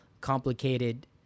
complicated